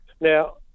Now